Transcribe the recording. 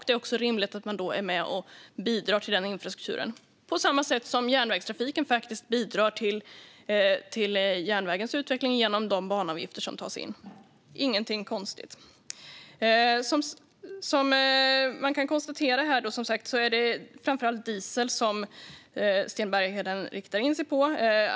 Det är då rimligt att den då också är med och bidrar till denna infrastruktur, på samma sätt som järnvägstrafiken faktiskt bidrar till järnvägens utveckling genom de banavgifter som tas in. Det är ingenting konstigt. Man kan konstatera att det är framför allt diesel som Sten Bergheden riktar in sig på.